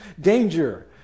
danger